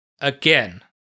Again